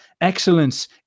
Excellence